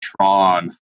Tron